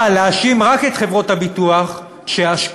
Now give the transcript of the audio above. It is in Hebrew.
אבל להאשים רק את חברות הביטוח שעשקו,